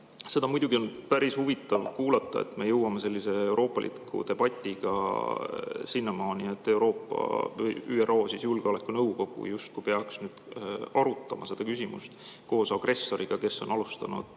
Seda on muidugi päris huvitav kuulata, et me jõuame sellise euroopaliku debatiga sinnamaani, et Euroopa ja ÜRO Julgeolekunõukogu justkui peaks arutama seda küsimust koos agressoriga, kes on alustanud